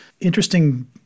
interesting